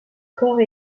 corps